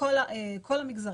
לכל המגזרים.